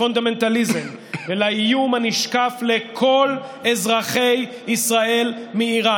לפונדמנטליזם ולאיום הנשקף לכל אזרחי ישראל מאיראן.